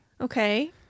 okay